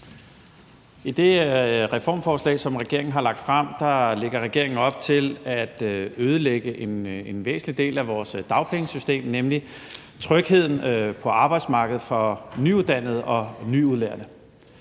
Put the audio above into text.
I det reformforslag, som regeringen har lagt frem, lægger regeringen op til at ødelægge en væsentlig del af vores dagpengesystem, nemlig trygheden på arbejdsmarkedet for nyuddannede og nyudlærte.